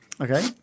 Okay